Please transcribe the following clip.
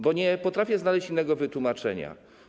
Bo nie potrafię znaleźć innego wytłumaczenia.